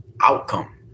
outcome